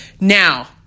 now